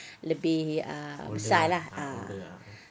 lebih besar lah ah